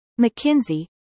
McKinsey